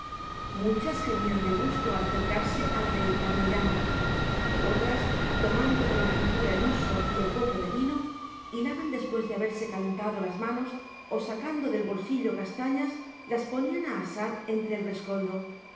muchas gemían de gusto al acercarse a la deleitable llama otras tomando de la cintura el huso y el copo de lino hilaban después de haberse calentado las manos o sacando del bolsillo castañas las ponían a asar entre el rescoldo y